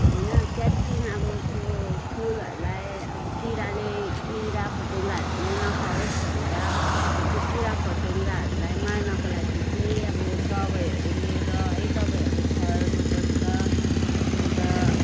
होइन त्यहाँदेखिन् अब त्यो फुलहरूलाई अब किराले किरा फट्याङ्ग्राहरूले नखाओस् भनेर त्यो किरा फट्याङ्ग्राहरूलाई मार्नको लागि चाहिँ अब दबाईहरू ल्याएर है दबाईहरू छर्नु पर्छ अन्त